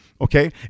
Okay